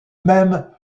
même